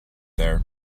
there